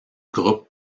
groupe